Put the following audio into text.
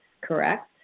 correct